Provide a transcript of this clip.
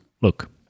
Look